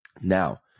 Now